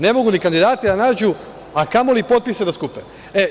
Ne mogu ni kandidate da nađu, a kamoli potpise da skuše.